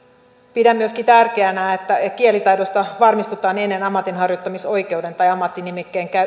pidän myöskin tärkeänä että kielitaidosta varmistutaan ennen ammatinharjoittamisoikeuden tai ammattinimikkeen